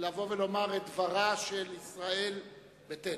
לבוא ולומר את דברה של ישראל ביתנו.